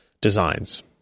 designs